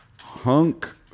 hunk